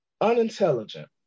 Unintelligent